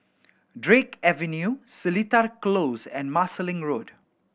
Drake Avenue Seletar Close and Marsiling Road